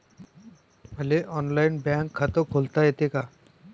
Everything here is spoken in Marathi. मले ऑनलाईन बँक खात खोलता येते का?